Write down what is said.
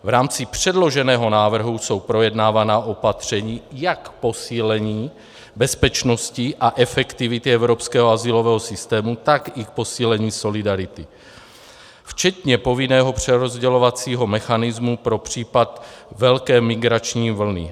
V rámci předloženého návrhu jsou projednávána opatření jak k posílení bezpečnosti a efektivity evropského azylového systému, tak i k posílení solidarity, včetně povinného přerozdělovacího mechanismu pro případ velké migrační vlny.